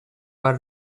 our